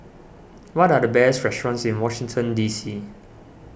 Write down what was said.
what are the best restaurants in Washington D C